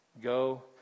Go